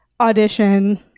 audition